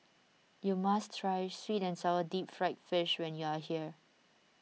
you must try Sweet and Sour Deep Fried Fish when you are here